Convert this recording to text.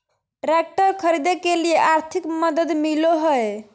Tractor खरीदे के लिए आर्थिक मदद मिलो है?